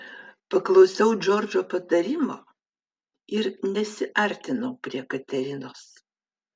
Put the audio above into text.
paklausiau džordžo patarimo ir nesiartinau prie katerinos